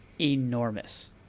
enormous